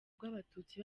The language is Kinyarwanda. bw’abatutsi